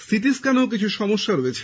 city স্ক্যানেও কিছু সমস্যা রয়েছে